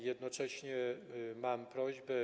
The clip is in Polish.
Jednocześnie mam prośbę.